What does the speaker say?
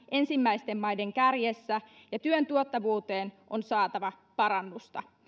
ensimmäisten maiden kärjessä ja työn tuottavuuteen on saatava parannusta